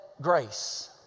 grace